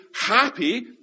happy